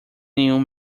nenhum